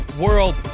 world